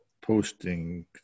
posting